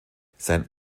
sein